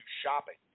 shopping